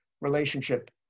relationship